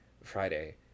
Friday